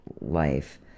life